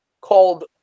called